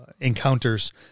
encounters